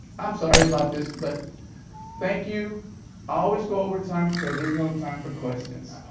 i'm sorry about this but thank you, i always go over time so there's no time for questions,